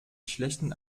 schlechten